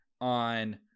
on